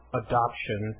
adoption